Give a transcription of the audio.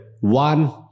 One